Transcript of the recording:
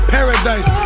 Paradise